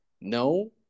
no